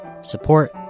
support